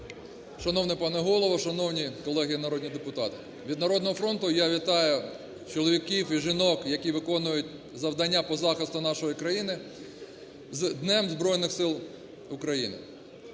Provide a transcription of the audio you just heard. Шановний пане Голово, шановні колеги народні депутати! Від "Народного фронту" я вітаю чоловіків і жінок, які виконують завдання по захисту нашої країни із Днем Збройних Сил України.